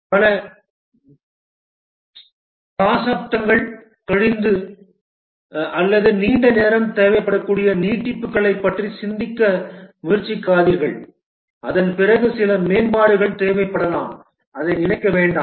பல தசாப்தங்கள் கழித்து அல்லது நீண்ட நேரம் தேவைப்படக்கூடிய நீட்டிப்புகளைப் பற்றி சிந்திக்க முயற்சிக்காதீர்கள் அதன் பிறகு சில மேம்பாடுகள் தேவைப்படலாம் அதை நினைக்க வேண்டாம்